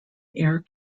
air